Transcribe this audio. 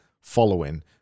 following